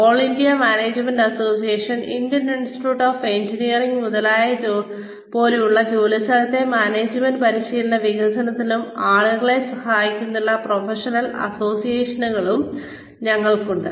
all India management association institution of engineers മുതലായവ പോലുള്ള ജോലിസ്ഥലത്തെ മാനേജ്മെന്റ് പരിശീലനത്തിനും വികസനത്തിനും ആളുകളെ സഹായിക്കുന്ന പ്രൊഫഷണൽ അസോസിയേഷനുകൾ ഞങ്ങൾക്കുണ്ട്